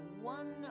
one